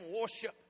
worship